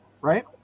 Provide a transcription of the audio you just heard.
right